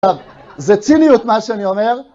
זה ציניות מה שאני אומר.